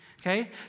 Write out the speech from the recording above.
okay